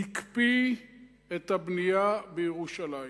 הקפיא את הבנייה בירושלים.